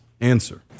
answer